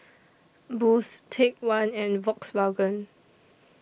Boost Take one and Volkswagen